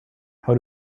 how